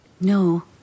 No